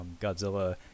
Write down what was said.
Godzilla